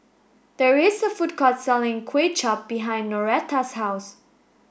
there is a food court selling Kway Chap behind Noreta's house